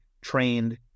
trained